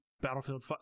Battlefield